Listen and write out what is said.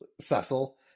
Cecil